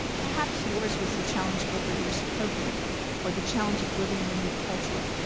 perhaps yours was the challenge of a rigorous program or the challenge of living in a new culture.